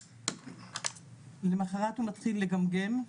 למחרת הוא מתחיל לגמגם,